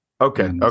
Okay